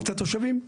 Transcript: את התושבים.